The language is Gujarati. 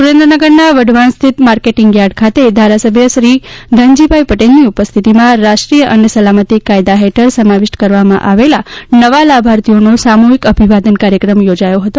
સુરેન્દ્રનગરના વઢવાણ સ્થિત માર્કેટિંગ થાર્ડ ખાતે ધારાસભ્યશ્રી ધનજીભાઈ પટેલની ઉપસ્થિતિમાં રાષ્ટ્રીય અન્ન સલામતી કાયદા હેઠળ સમાવિષ્ટ કરવામાં આવેલ નવા લાભાર્થીઓનો સામૂહિક અભિવાદન કાર્યક્રમ યોજાયો હતો